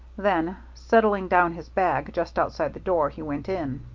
then, setting down his bag just outside the door, he went in.